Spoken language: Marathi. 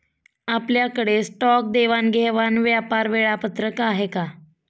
आपल्याकडे स्टॉक देवाणघेवाण व्यापार वेळापत्रक आहे का?